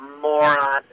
moron